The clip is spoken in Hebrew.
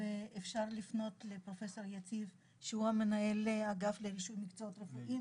ואפשר לפנות לפרופסור יציב שהוא מנהל האגף לאישור מקצועות רפואיים.